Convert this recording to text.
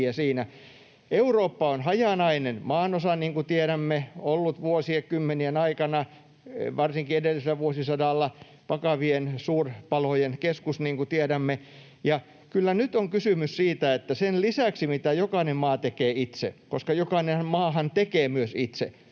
Eurooppa on hajanainen maanosa, niin kuin tiedämme, ollut vuosikymmenien aikana, varsinkin edellisellä vuosisadalla, vakavien suurpalojen keskus, niin kuin tiedämme. Ja kyllä nyt on kysymys siitä, että sen lisäksi, mitä jokainen maa tekee itse, koska jokainen maahan tekee myös itse,